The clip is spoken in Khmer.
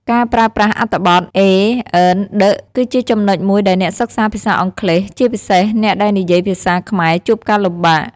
ការប្រើប្រាស់អត្ថបទ a an the គឺជាចំណុចមួយដែលអ្នកសិក្សាភាសាអង់គ្លេស ជាពិសេសអ្នកដែលនិយាយភាសាខ្មែរជួបការលំបាក។